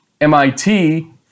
MIT